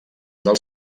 del